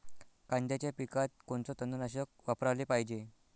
कांद्याच्या पिकात कोनचं तननाशक वापराले पायजे?